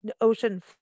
ocean